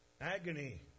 Agony